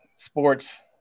sports